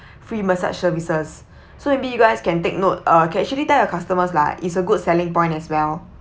free massage services so maybe you guys can take note uh can actually tell your customers lah is a good selling point as well